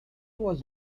was